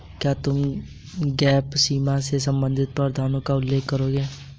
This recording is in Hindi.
क्या तुम गैप सीमा से संबंधित प्रावधानों का उल्लेख करोगे?